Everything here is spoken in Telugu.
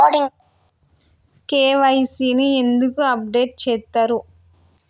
కే.వై.సీ ని ఎందుకు అప్డేట్ చేత్తరు?